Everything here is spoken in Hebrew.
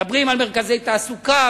מדברים על מרכזי תעסוקה,